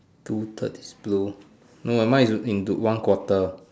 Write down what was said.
two third is blue no mine don't think is one quarter